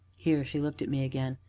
here she looked at me again.